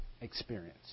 experience